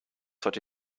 heute